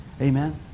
Amen